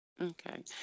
Okay